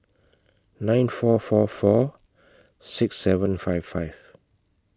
nine four four four six seven five five